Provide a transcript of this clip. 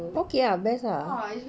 okay lah best lah